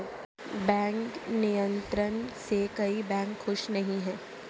bank नियंत्रण से कई बैंक खुश नही हैं